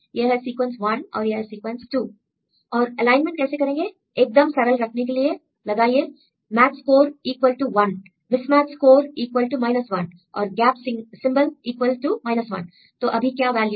यह है सीक्वेंस 1 और यह है सीक्वेंस 2 और एलाइनमेंट कैसे करेंगे एकदम सरल रखने के लिए लगाइए match score equal to 1 mismatch score equal to 1 और गैप सिंबल इक्वल टू 1 तो अभी क्या वैल्यू है